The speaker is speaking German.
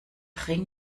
ring